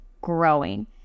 growing